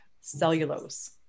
cellulose